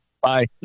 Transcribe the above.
Bye